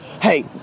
Hey